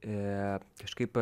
ir kažkaip